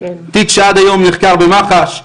תיק שעד היום נחקר במח"ש,